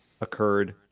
occurred